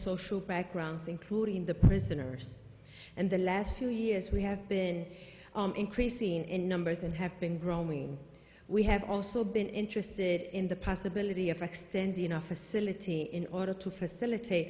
social backgrounds including the prisoners and the last few years we have been increasing in numbers and have been growing we have also been interested in the possibility of extending a facility in order to facilitate